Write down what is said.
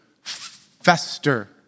fester